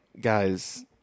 guys